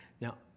Now